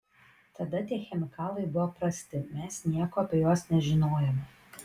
tada tie chemikalai buvo prasti mes nieko apie juos nežinojome